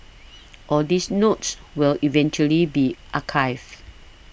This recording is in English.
all these notes will eventually be archived